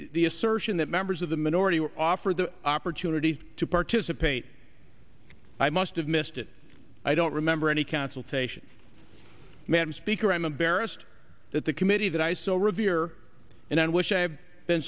the assertion that members of the minority were offered the opportunity to participate i must have missed it i don't remember any consultation madam speaker i'm embarrassed that the committee that i so revere and on which i have been